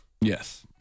yes